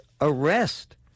arrest